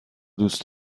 دوست